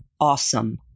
Awesome